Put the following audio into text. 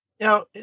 Now